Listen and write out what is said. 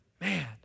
man